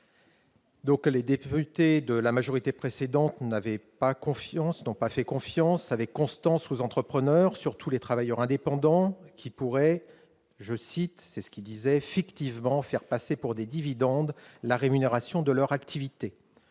Sénat. Les députés de la majorité précédente n'ont donc pas fait confiance avec constance aux entrepreneurs, surtout aux travailleurs indépendants, qui pourraient, je cite, fictivement « faire passer pour des dividendes la rémunération de leur activité